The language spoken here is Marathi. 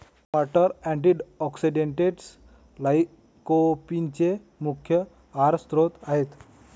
टमाटर अँटीऑक्सिडेंट्स लाइकोपीनचे मुख्य आहार स्त्रोत आहेत